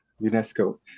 UNESCO